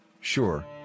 Sure